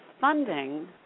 funding